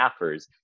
staffers